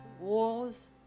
wars